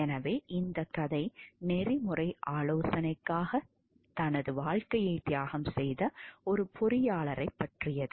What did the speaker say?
எனவே இந்த கதை நெறிமுறை ஆலோசனைகளுக்காக தனது வாழ்க்கையை தியாகம் செய்த ஒரு பொறியாளரைப் பற்றியது